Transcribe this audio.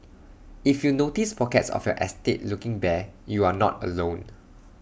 if you notice pockets of your estate looking bare you are not alone